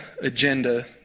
agenda